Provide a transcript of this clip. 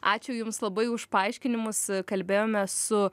ačiū jums labai už paaiškinimus kalbėjome su